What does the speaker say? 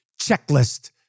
checklist